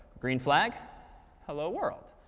green flag hello world.